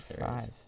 five